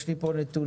יש לי פה נתונים,